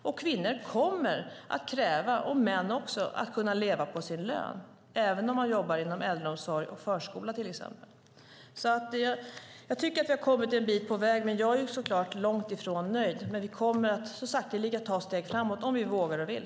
Och kvinnor kommer att kräva, och också män, att de ska kunna leva på sin lön, även om de jobbar inom till exempel äldreomsorg och förskola. Jag tycker att vi har kommit en bit på väg. Jag är såklart långt ifrån nöjd, men vi kommer så sakteliga att ta steg framåt om vi vågar och vill.